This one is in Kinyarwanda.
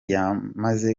yamaze